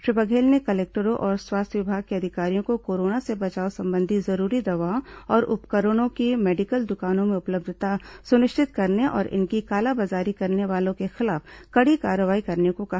श्री बघेल ने कलेक्टरों और स्वास्थ्य विभाग के अधिकारियों को कोरोना से बचाव संबंधी जरूरी दवाओं और उपकरणों की मेडिकल दुकानों में उपलब्धता सुनिश्चित करने और इनकी कालाबाजारी करने वालों के खिलाफ कड़ी कार्रवाई करने को कहा